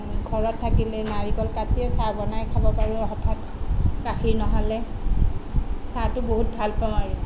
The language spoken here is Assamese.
ঘৰত থাকিলে নাৰিকল কাটিয়েই চাহ বনাই খাব পাৰোঁ হঠাৎ গাখীৰ ন'হলে চাহটো বহুত ভালপাওঁ আৰু